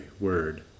word